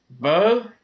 Bo